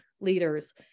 leaders